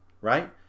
right